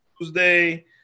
Tuesday